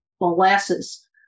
molasses